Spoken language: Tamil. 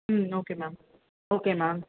ம் ஓகே மேம் ஓகே மேம்